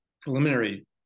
preliminary